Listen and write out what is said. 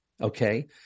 Okay